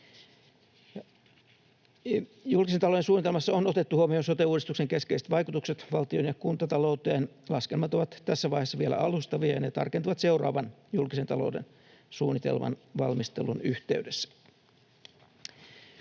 Julkisen talouden suunnitelmassa on otettu huomioon sote-uudistuksen keskeiset vaikutukset valtion‑ ja kuntatalouteen. Laskelmat ovat tässä vaiheessa vielä alustavia, ja ne tarkentuvat seuraavan julkisen talouden suunnitelman valmistelun yhteydessä.